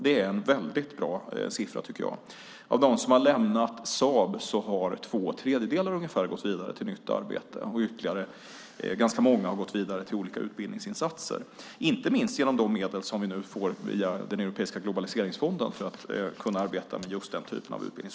Det är en väldigt bra siffra, tycker jag. Av dem som har lämnat Saab har ungefär två tredjedelar gått vidare till nytt arbete, och ytterligare ganska många har gått vidare till olika utbildningsinsatser, inte minst genom de medel som vi nu får via Europeiska globaliseringsfonden för att kunna arbeta med just den typen av utbildning.